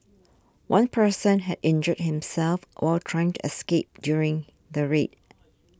one person had injured himself while trying to escape during the raid